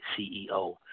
CEO